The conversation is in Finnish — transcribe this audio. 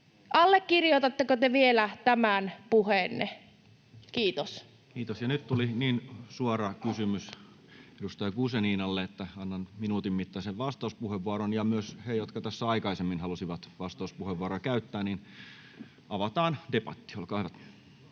aikana Time: 15:15 Content: Kiitos. — Nyt tuli niin suora kysymys edustaja Guzeninalle, että annan minuutin mittaisen vastauspuheenvuoron, ja myös heille, jotka tässä aikaisemmin halusivat vastauspuheenvuoroa käyttää, avataan debatti, olkaa hyvät.